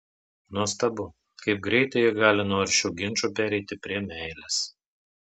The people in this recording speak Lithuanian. nuostabu kaip greitai jie gali nuo aršių ginčų pereiti prie meilės